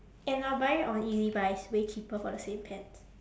and I'll buy it on ezbuy it's way cheaper for the same pants